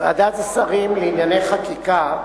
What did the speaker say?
ועדת השרים לענייני חקיקה,